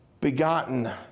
Begotten